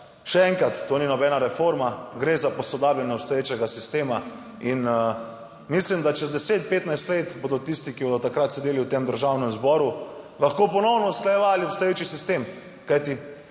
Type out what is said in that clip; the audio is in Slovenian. Še enkrat, to ni nobena reforma, gre za posodabljanje obstoječega sistema in mislim, da čez 10, 15 let bodo tisti, ki bodo takrat sedeli v tem Državnem zboru, lahko ponovno usklajevali obstoječi sistem,